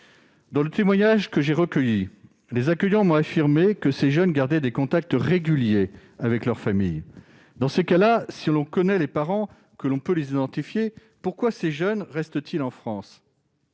Dans le témoignage que j'ai recueilli, les accueillants m'ont affirmé que ces jeunes gardaient des contacts réguliers avec leur famille. Dans ce cas, si l'on connaît les parents, si l'on peut les identifier, pourquoi ces jeunes restent-ils en France ?